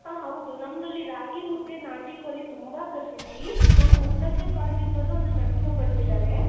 ಹಾಂ ಹೌದು ನಮ್ದು ಅಲ್ಲಿ ರಾಗಿಮುದ್ದೆ ನಾಟಿಕೋಳಿ ತುಂಬ ಪ್ರಸಿದ್ಧಿ ನಮ್ಮ ಮುತ್ತಜ್ಜ ಕಾಲ್ದಿಂದನೂ ಅದು ನಡ್ಸ್ಕೊಂಬರ್ತಿದ್ದಾರೆ